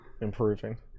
Improving